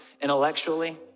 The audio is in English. Intellectually